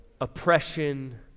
oppression